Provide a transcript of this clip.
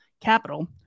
capital